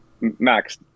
Max